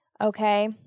Okay